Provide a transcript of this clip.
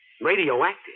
Radioactive